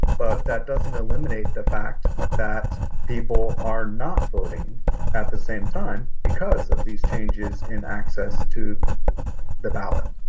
but that doesn't eliminate the fact that people are not voting at the same time because of these changes in access to the ballot